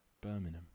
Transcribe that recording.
Birmingham